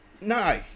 No